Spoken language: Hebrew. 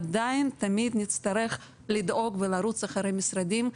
עדיין תמיד נצטרך לדאוג ולרוץ אחרי משרדים.